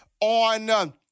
On